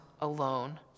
alone